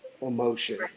emotion